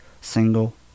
single